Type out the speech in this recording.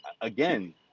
again